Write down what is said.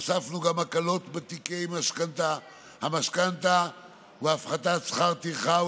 הוספנו גם הקלות בתיקי המשכנתה והפחתת שכר טרחה,